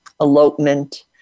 elopement